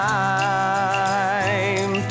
time